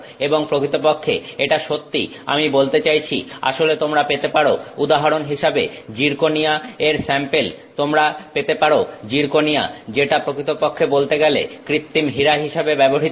এবং প্রকৃতপক্ষে এটা সত্যি আমি বলতে চাইছি আসলে তোমরা পেতে পারো উদাহরণ হিসেবে জির্কনিয়া এর স্যাম্পেল তোমরা পেতে পারো জির্কনিয়া যেটা প্রকৃতপক্ষে বলতে গেলে কৃত্রিম হীরা হিসেবে ব্যবহৃত হয়